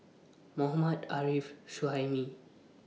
Mohammad Arif Suhaimi